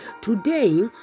today